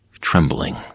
Trembling